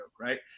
right